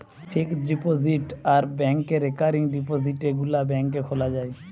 fixed deposit আর ব্যাংকে recurring ডিপোজিটে গুলা ব্যাংকে খোলা যায়